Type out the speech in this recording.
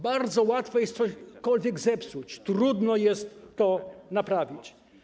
Bardzo łatwo jest coś zepsuć, trudno jest to naprawić.